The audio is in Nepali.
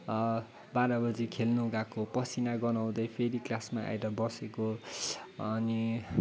बाह्र बजी खेल्न गएको पसिना गनाउँदै फेरि क्लासमा आएर बसेको अनि